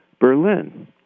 Berlin